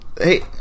Hey